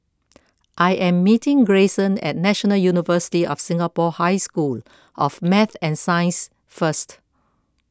I am meeting Greyson at National University of Singapore High School of Math and Science first